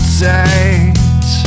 tight